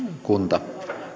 kunta